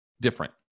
different